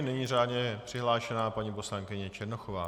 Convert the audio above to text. Nyní řádně přihlášená paní poslankyně Černochová.